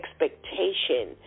expectation